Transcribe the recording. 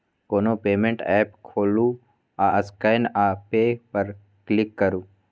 कोनो payment app खोलु आ स्कैन आ पे पर क्लिक करु